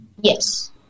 Yes